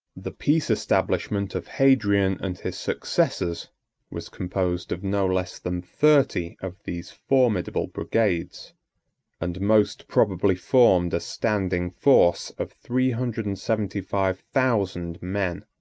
the peace establishment of hadrian and his successors was composed of no less than thirty of these formidable brigades and most probably formed a standing force of three hundred and seventy-five thousand men.